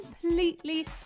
completely